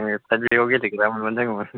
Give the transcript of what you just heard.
जोंनो साइड बेकआव गेलेग्रा मोनब्लानो जागौमोन